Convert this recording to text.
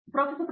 professor V